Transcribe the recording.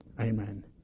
Amen